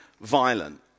violent